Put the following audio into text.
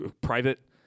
private